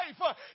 life